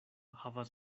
havas